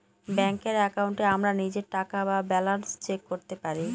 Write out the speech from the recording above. ব্যাঙ্কের একাউন্টে আমরা নিজের টাকা বা ব্যালান্স চেক করতে পারি